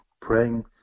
praying